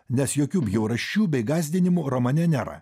nes jokių bjaurasčių bei gąsdinimų romane nėra